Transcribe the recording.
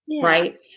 Right